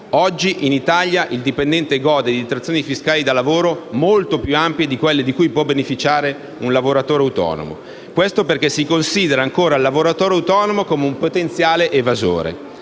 Oggi in Italia il dipendente gode di detrazioni fiscali da lavoro molto più ampie di quelle di cui può beneficiare un lavoratore autonomo, perché si considera ancora il lavoratore autonomo un potenziale evasore.